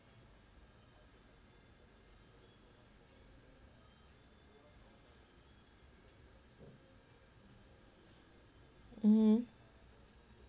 mmhmm